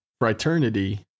fraternity